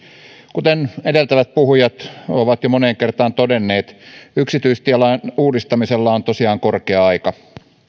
kuten edeltävät puhujat ovat jo moneen kertaan todenneet yksityistielain uudistamiselle on tosiaan korkea aika